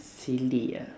silly ah